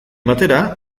batera